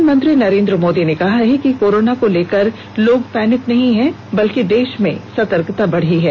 प्रधानमंत्री नरेंद्र मोदी ने कहा है कि कोरोना को लेकर पैनिक नहीं देश में सतर्कता बढ़ी है